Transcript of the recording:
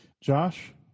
Josh